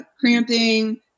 cramping